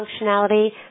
functionality